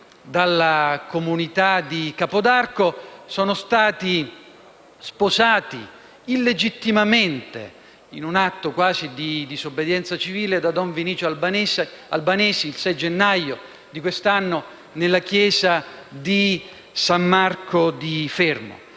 dalla comunità di Capodarco, sono stati sposati illegittimamente - in un atto quasi di disobbedienza civile - da don Vinicio Albanesi il 6 gennaio di quest'anno nella chiesa di San Marco di Fermo.